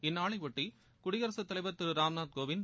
இந்நாளையொட்டி குடியரசுத் தலைவர் திரு ராம்நாத் கோவிந்த்